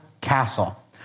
castle